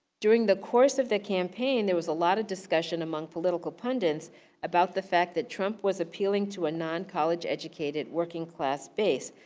during the course of the campaign, there was a lot of discussion among political pundants about the fact that trump was appealing to a non-college educated working class base,